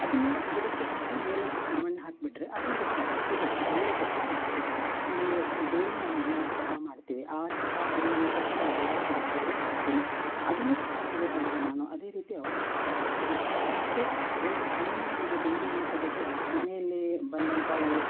ಅದನ್ನೇ ಗಿಡಕ್ಕೆ ಹಾಕಿ ಮೇಲೆ ಸ್ವಲ್ಪ ಮಣ್ಣು ಹಾಕಿಬಿಟ್ರೆ ಅದೇ ಅದಕ್ಕೆ ಹಸಿಗೊಬ್ಬರ ಒಳ್ಳೆಯ ಗೊಬ್ಬರ ಸಿಗುತ್ತೆ ಆಮೇಲೆ ದ ಡೇಲಿ ನಾವು ಮನೆಯಲ್ಲಿ ಚಹಾ ಮಾಡ್ತೇವೆ ಆ ಚಹಾ ಪುಡಿಯನ್ನು ಕೂಡ ನಾನು ಗುಲಾಬಿ ಗಿಡಗಳಿಗೆ ಹಾಕ್ತೇನೆ ಅದನ್ನೂ ಕೂಡ ಅವ್ರಿಗೆ ಹೇಳಿದೆ ನಾನು ಅದೇ ರೀತಿ ಅವರೂ ಮಾಡ್ತಾ ಇದ್ದಾರೆ ಮತ್ತು ಒಂದು ಸಣ್ಣ ಒಂದು ಗುಂಡಿಯನ್ನು ತೆಗೆದು ಮನೆಯಲ್ಲಿ ಬಂದಂಥ ಈ